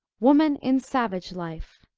woman in savage life.